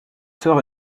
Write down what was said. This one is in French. sœur